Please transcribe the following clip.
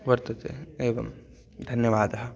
वर्तते एवं धन्यवादः